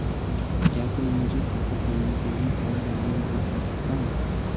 क्या कोई मुझे खाता खोलने के लिए फॉर्म भरने में मदद कर सकता है?